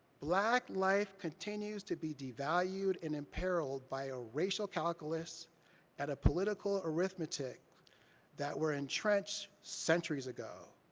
black life continues to be devalued and imperiled by a racial calculus and a political arithmetic that were entrenched centuries ago.